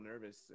nervous